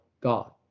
God